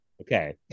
Okay